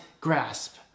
grasp